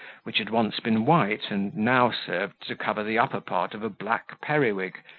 which had once been white, and now served to cover the upper part of a black periwig,